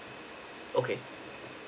okay